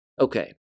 Okay